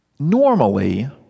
Normally